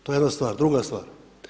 To je jedna stvar, druga stvar.